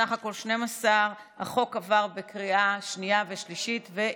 סך הכול 12. החוק עבר בקריאה שנייה ושלישית והתקבל.